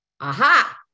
Aha